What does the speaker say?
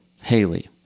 Haley